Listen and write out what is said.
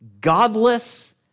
godless